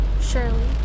surely